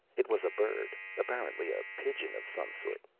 it was a bird, apparently a pigeon of some sort.